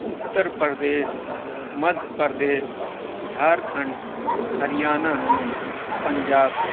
Uttar Pradesh Madhya Pradesh Jharkhand Haryana Punjab